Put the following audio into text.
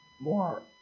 more